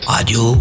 Radio